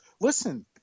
Listen